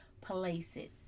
places